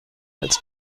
als